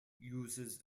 uses